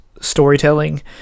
Storytelling